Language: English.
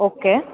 okay